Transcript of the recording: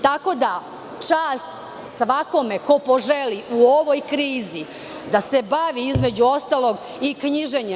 Tako da čast svakome ko poželi u ovoj krizi da se bavi između ostalog i knjiženjem.